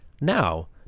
Now